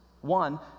one